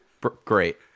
Great